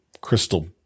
crystal